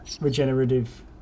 regenerative